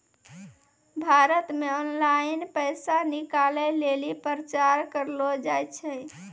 भारत मे ऑनलाइन पैसा निकालै लेली प्रचार करलो जाय छै